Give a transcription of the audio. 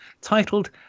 Titled